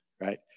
right